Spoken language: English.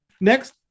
Next